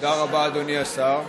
תודה רבה, אדוני השר.